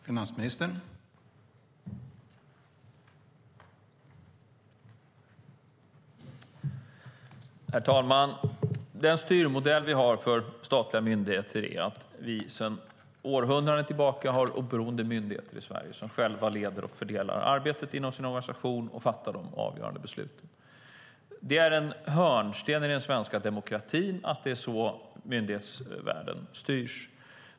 Herr talman! Den styrmodell vi har för statliga myndigheter är att vi sedan århundraden tillbaka har oberoende myndigheter i Sverige. De leder och fördelar själva arbetet inom sin organisation och fattar de avgörande besluten. Det är en hörnsten i den svenska demokratin att det är så myndighetsvärlden styrs.